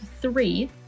three